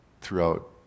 throughout